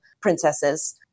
princesses